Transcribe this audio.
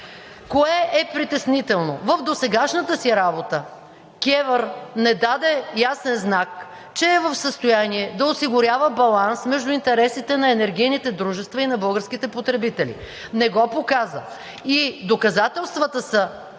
Кое е притеснително? В досегашната си работа КЕВР не даде ясен знак, че е в състояние да осигурява баланс между интересите на енергийните дружествата и на българските потребители. Не го показа и доказателствата са